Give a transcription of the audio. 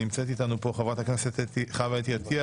נמצאת איתנו פה חברת הכנסת חוה אתי עטייה